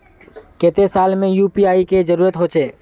केते साल में यु.पी.आई के जरुरत होचे?